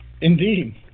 Indeed